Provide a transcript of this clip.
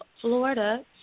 Florida